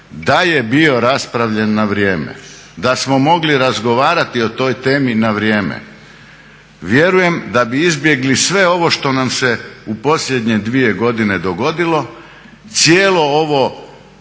da je bio raspravljen na vrijeme, da smo mogli razgovarati o toj temi na vrijeme vjerujem da bi izbjegli sve ovo što nam se u posljednje dvije godine dogodilo. Cijelo ovo